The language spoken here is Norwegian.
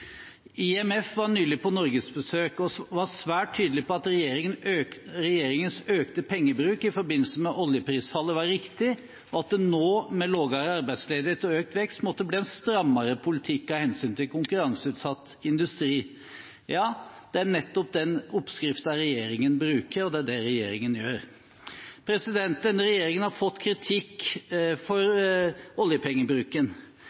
IMF var nylig på norgesbesøk og var svært tydelig på at regjeringens økte pengebruk i forbindelse med oljeprisfallet var riktig, og at det nå – med lavere arbeidsledighet og økt vekst – måtte bli en strammere politikk av hensyn til konkurranseutsatt industri. Ja, det er nettopp den oppskriften regjeringen bruker, og det er det regjeringen gjør. Denne regjeringen har fått kritikk for